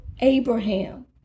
Abraham